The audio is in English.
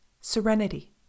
Serenity